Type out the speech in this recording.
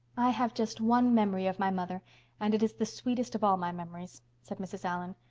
i have just one memory of my mother and it is the sweetest of all my memories, said mrs. allan.